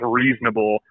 reasonable